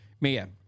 Mia